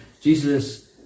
Jesus